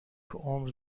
عمر